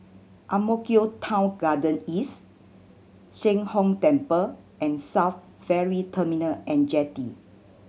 Ang Mo Kio Town Garden East Sheng Hong Temple and SAF Ferry Terminal And Jetty